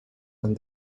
and